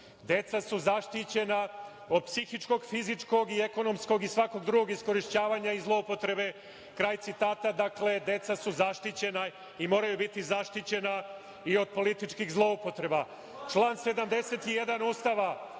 Deca su zaštićena od psihičkog, fizičkog, ekonomskog i svakog drugog iskorišćavanja i zloupotrebe.“Dakle, deca su zaštićena i moraju biti zaštićena i od političkih zloupotreba. Član 71. Ustava